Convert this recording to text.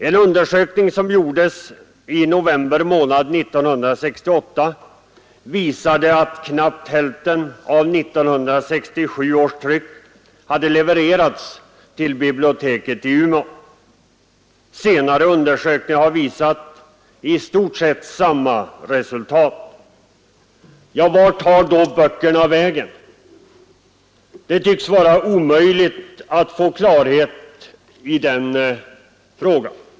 En undersökning som gjordes i november månad 1968 visade att knappt hälften av 1967 års tryck hade levererats till biblioteket i Umeå. Senare undersökningar har visat i stort sett samma resultat. Vart tar då böckerna vägen? Det tycks vara omöjligt att få klarhet i den frågan.